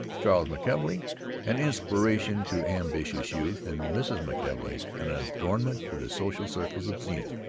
charles mckelvey an inspiration to ambitious youth, and mrs. mckelvey an adornment to the social circles of zenith,